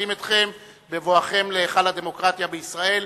מברכים אתכם בבואכם להיכל הדמוקרטיה בישראל.